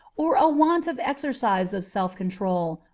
or a want of exercise of self-control,